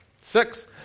Six